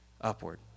upward